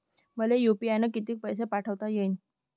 मले यू.पी.आय न किती पैसा पाठवता येईन?